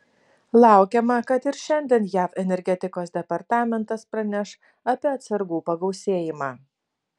laukiama kad ir šiandien jav energetikos departamentas praneš apie atsargų pagausėjimą